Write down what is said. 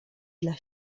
dla